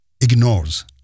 ignores